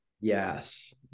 Yes